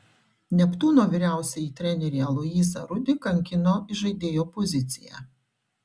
neptūno vyriausiąjį trenerį aloyzą rudį kankino įžaidėjo pozicija